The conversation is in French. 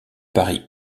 paris